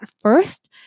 first